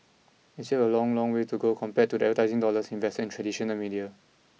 and still a long long way to go compared to the advertising dollars invested in traditional media